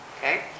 okay